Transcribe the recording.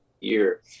year